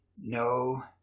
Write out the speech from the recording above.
No